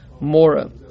mora